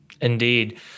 indeed